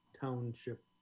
Township